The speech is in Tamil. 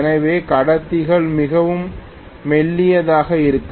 எனவே கடத்திகள் மிகவும் மெல்லியதாக இருக்கும்